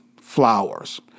flowers